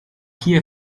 hier